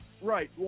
right